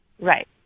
Right